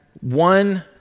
one